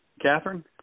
Catherine